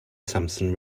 samson